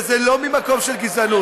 וזה לא ממקום של גזענות,